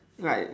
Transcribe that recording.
like